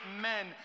men